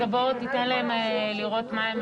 היועצת המשפטית תסביר על מה אנחנו